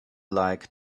like